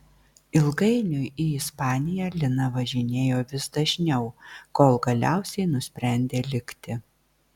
ilgainiui į ispaniją lina važinėjo vis dažniau kol galiausiai nusprendė likti